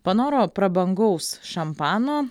panoro prabangaus šampano